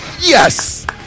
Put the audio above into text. Yes